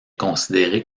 considéré